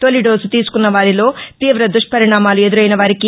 తౌలి dose తీసుకున్న వారిలో తీవ దుష్పరిణామాలు ఎదురైన వారికి